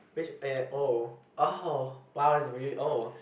which eh oh oh wow it's really old